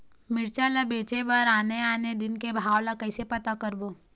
मिरचा ला बेचे बर आने आने दिन के भाव ला कइसे पता करबो?